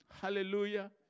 Hallelujah